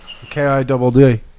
K-I-double-D